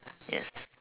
yes